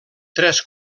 tres